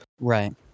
Right